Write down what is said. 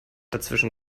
dazwischen